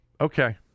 okay